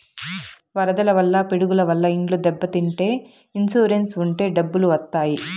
వరదల వల్ల పిడుగుల వల్ల ఇండ్లు దెబ్బతింటే ఇన్సూరెన్స్ ఉంటే డబ్బులు వత్తాయి